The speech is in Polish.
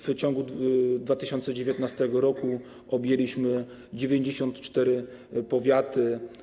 W ciągu 2019 r. objęliśmy 94 powiaty.